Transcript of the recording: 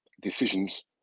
decisions